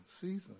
season